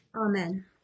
amen